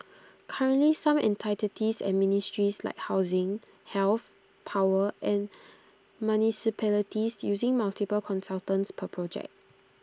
currently some entities and ministries like housing health power and municipalities use multiple consultants per project